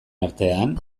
artean